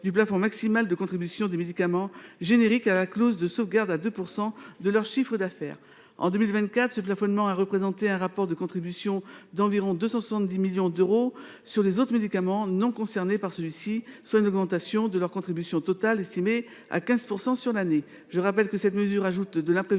du plafond maximal de contribution des médicaments génériques, en application de la clause de sauvegarde, à 2 % du chiffre d’affaires des entreprises. En 2024, ce plafonnement a représenté un report de contribution d’environ 270 millions d’euros sur les médicaments non concernés par celui ci, soit une augmentation de leur contribution totale estimée à 15 % sur l’année. Je rappelle que cette mesure ajoute de l’imprévisibilité